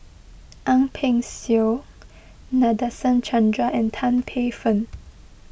Ang Peng Siong Nadasen Chandra and Tan Paey Fern